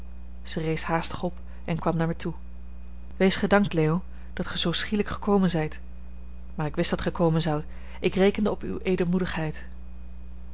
zij rees haastig op en kwam naar mij toe wees gedankt leo dat ge zoo schielijk gekomen zijt maar ik wist dat gij komen zoudt ik rekende op uwe